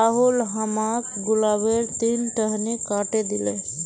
राहुल हमाक गुलाबेर तीन टहनी काटे दिले